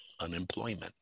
unemployment